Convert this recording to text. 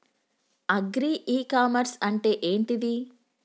Agri e commerce అంటే ఏంటిది?